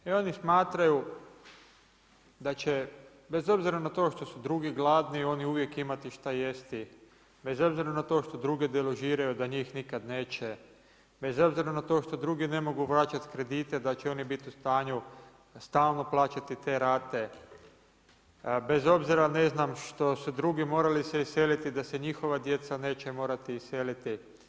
Oni smatraju da će bez obzira na to što su drugi gladni oni uvijek imati što jesti, bez obzira na to što druge deložiraju da njih nikada neće, bez obzira na to što drugi ne mogu vraćati kredite da će oni biti u stanju stalno plaćati te rate, bez obzira što su drugi morali se iseliti da se njihova djeca neće morati iseliti.